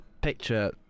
picture